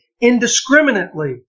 indiscriminately